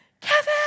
Kevin